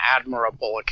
admirable